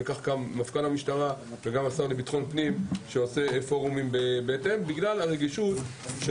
כך גם מפכ"ל המשטרה והשר לביטחון פנים שעושה פורומים בגלל הרגישות של